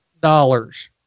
dollars